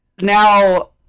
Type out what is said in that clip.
now